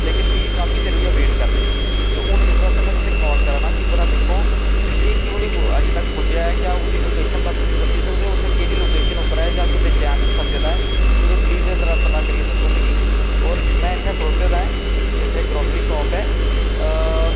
लेकिन मिगी काफी देर होई वेट करदे ते हुन में इस बास्ते तुसें गी कॉल करा नां कि दिक्खो कि क्यों नी एह् अजैं तक पुज्जेआ ऐ क्या ओह्दी लोकेशन दा तुस दस्सी सकदे ओ कुत्थें केह्ड़ी लोकेशन पर ऐ जां कुतै जाम च फसे दा ऐ तुस पलीज़ एह्दा पता करियै दस्सो मिगी और में इत्थें खड़ोते दा ऐं इत्थें ग्रोसरी शॉप ऐ